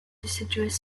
deciduous